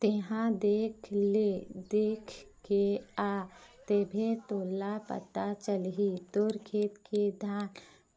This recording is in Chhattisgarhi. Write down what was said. तेंहा देख ले देखके आ तभे तोला पता चलही तोर खेत के धान